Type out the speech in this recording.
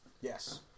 Yes